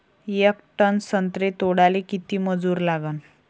येक टन संत्रे तोडाले किती मजूर लागन?